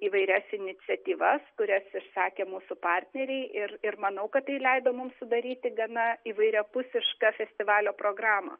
įvairias iniciatyvas kurias ir sakė mūsų partneriai ir ir manau kad tai leido mums sudaryti gana įvairiapusišką festivalio programą